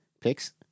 picks